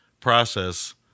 process